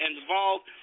involved